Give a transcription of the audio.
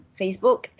Facebook